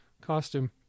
costume